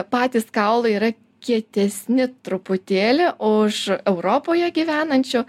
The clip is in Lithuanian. patys kaulai yra kietesni truputėlį už europoje gyvenančių